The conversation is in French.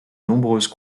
nombreuses